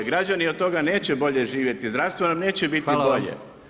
Građani od toga neće bolje živjeti, zdravstvo nam neće biti bolje.